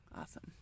Awesome